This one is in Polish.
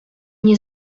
nie